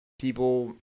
people